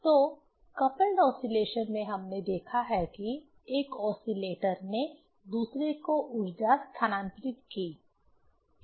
तो coupled oscillation में हमने देखा है कि एक ओसीलेटर ने दूसरे को ऊर्जा स्थानांतरित की और इसके प्रतिकूल